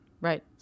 Right